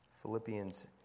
Philippians